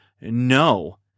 no